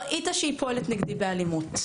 ראית שהיא פועלת נגדי באלימת.